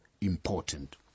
important